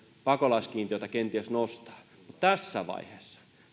pakolaiskiintiötä kenties nostaa mutta tässä vaiheessa